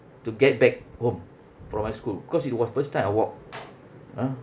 to get back home from my school because it was first time I walk ah